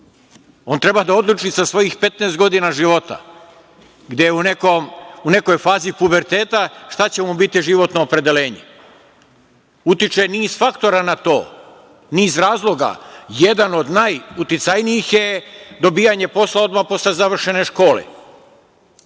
On treba da odluči sa svojih 15 godina života, gde u nekoj fazi puberteta, šta će mu biti životno opredeljenje. Utiče niz faktora na to, niz razloga. Jedan od najuticajnijih je dobijanje posla odmah posle završene škole. Nekada